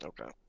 Okay